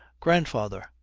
grandfather,